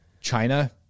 China